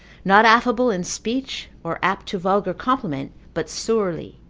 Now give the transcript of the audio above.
not affable in speech, or apt to vulgar compliment, but surly,